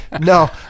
No